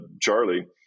Charlie